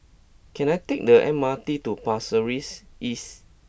can I take the M R T to Pasir Ris East